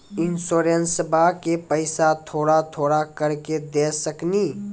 इंश्योरेंसबा के पैसा थोड़ा थोड़ा करके दे सकेनी?